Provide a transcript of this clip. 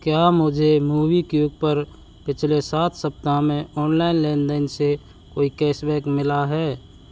क्या मुझे मोबीक्विक पर पिछले सात सप्ताह में ऑनलाइन लेनदेन से कोई कैसबैक मिला है